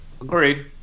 Agreed